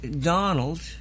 Donald